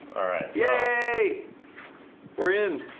all right yay we're in